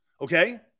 Okay